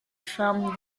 from